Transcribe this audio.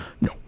No